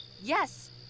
Yes